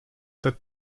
that